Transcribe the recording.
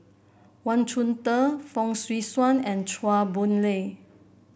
Wang Chunde Fong Swee Suan and Chua Boon Lay